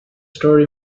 story